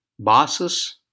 Bosses